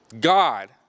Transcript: God